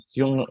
yung